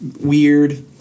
weird